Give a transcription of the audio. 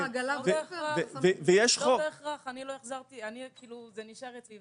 זה נשאר אצלי,